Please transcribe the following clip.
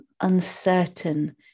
uncertain